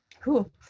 cool